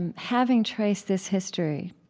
and having traced this history,